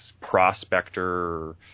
prospector